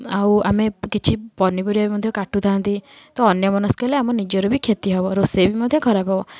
ଆଉ ଆମେ କିଛି ପନିପରିବା ମଧ୍ୟ କାଟୁଥାନ୍ତି ତ ଅନ୍ୟମନସ୍କ ହେଲେ ଆମ ନିଜର ବି କ୍ଷତି ହେବ ରୋଷେଇ ବି ମଧ୍ୟ ଖରାପ ହେବ